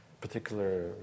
particular